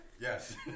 Yes